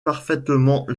parfaitement